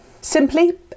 Simply